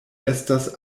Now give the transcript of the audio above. estas